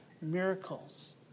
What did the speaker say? miracles